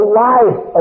life